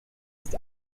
ist